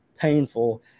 painful